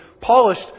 polished